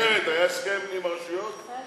שרת המשפטים איילת שקד,